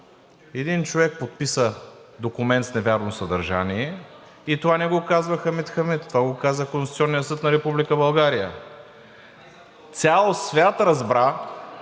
един човек подписа документ с невярно съдържание? Това не го казва Хамид Хамид, това го казва Конституционният съд на Република България. Цял свят разбра,